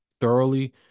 thoroughly